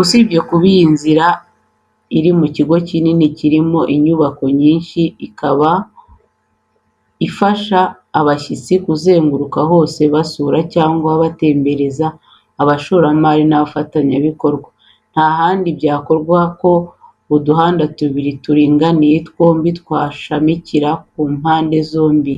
Usibye kuba iyi nzira iri mu kigo kinini kirimo inyubako nyinshi, ikaba ifasha abashyitsi kuzenguruka hose basura cyangwa batembereza abashoramari n'abafatanyabikorwa, nta handi byakorwa ko uduhanda tubiri turinganiye, twombi twashamikira ku mpande zombi,